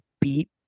beat